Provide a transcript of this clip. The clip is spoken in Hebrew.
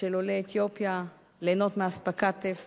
של עולי אתיופיה ליהנות מאספקת טף סדירה,